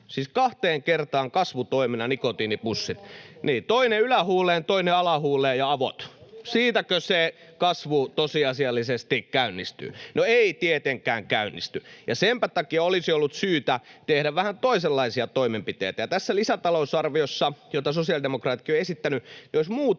siis kahteen kertaan kasvutoimena nikotiinipussit. [Antti Kurvisen välihuuto] Niin, toinen ylähuuleen, toinen alahuuleen, ja avot. Siitäkö se kasvu tosiasiallisesti käynnistyy? [Hannu Hoskosen välihuuto] No ei tietenkään käynnisty, ja senpä takia olisi ollut syytä tehdä vähän toisenlaisia toimenpiteitä. Ja tässä lisätalousarviossa, jota sosiaalidemokraatitkin ovat esittäneet, olisi muutama